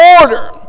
order